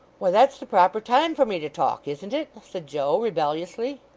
why that's the proper time for me to talk, isn't it said joe rebelliously.